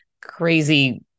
crazy